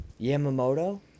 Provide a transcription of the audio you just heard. Yamamoto